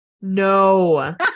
no